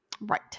Right